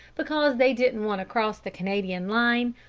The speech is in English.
because they didn't want to cross the canadian line,